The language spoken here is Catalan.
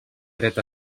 dret